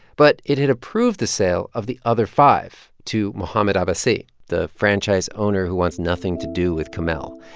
but it had approved the sale of the other five to mohamed abbassi, the franchise owner who wants nothing to do with kamel.